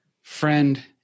friend